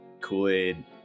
Kool-Aid